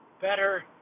better